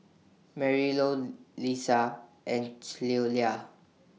Marylou Lisha and Cleola